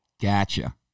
Gotcha